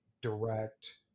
direct